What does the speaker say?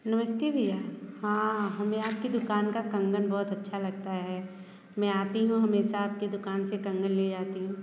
नमस्ते भईया हाँ हमे आपकी दुकान का कंगन बहुत ही अच्छा लगता हैं मैं आती हूँ हमेशा आपके दुकान से कंगन ले जाती हूँ